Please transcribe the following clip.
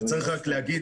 שצריך רק להגיד